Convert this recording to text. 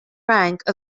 rank